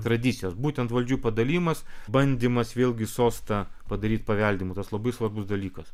tradicijos būtent valdžių padalijimas bandymas vėlgi sostą padaryti paveldimu tas labai svarbus dalykas